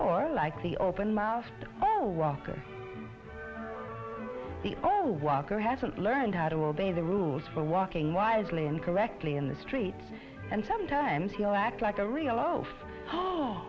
or like the open mouth walk or the oh walk or haven't learned how to obey the rules for walking wisely and correctly in the street and sometimes he'll act like a real oh